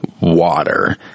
water